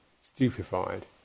stupefied